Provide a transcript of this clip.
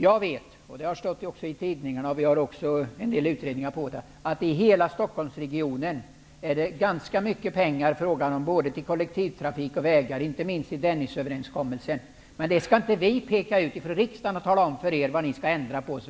Jag vet, vilket också har stått i tidningarna och framkommit i en del utredningar, att det i hela Stockholmsregionen är fråga om ganska mycket pengar både till kollektivtrafik och vägar, inte minst genom Dennisöverenskommelsen. Men riksdagen skall inte peka ut för er vad ni skall ändra på.